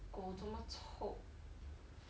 狗这么臭